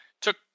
took